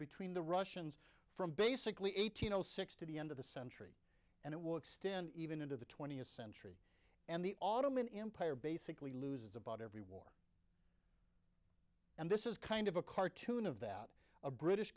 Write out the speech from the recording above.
between the russians from basically eighteen zero six to the end of the century and it will extend even into the twentieth century and the ottoman empire basically loses about everyone and this is kind of a cartoon of that a british